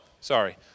sorry